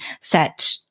set